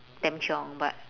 damn chiong but